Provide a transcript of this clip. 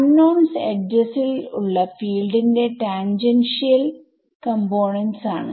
unknowns edges ൽ ഉള്ള field ന്റെ ടാൻജൻഷിയൽ കമ്പോണേന്റ്സ് ആണ്